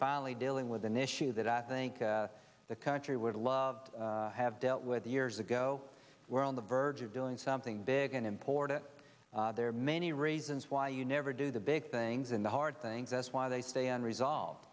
finally dealing with an issue that i think the country would love to have dealt with the years ago we're on the verge of doing something big and important there are many reasons why you never do the big things and the hard things that's why they stay unresolved